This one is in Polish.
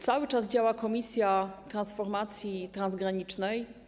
Cały czas działa komisja transformacji transgranicznej.